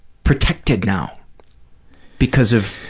protected now because of,